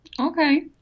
okay